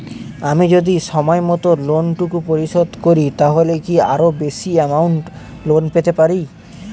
আমি যদি সময় মত লোন টুকু পরিশোধ করি তাহলে কি আরো বেশি আমৌন্ট লোন পেতে পাড়ি?